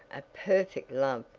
a perfect love!